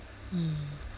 mm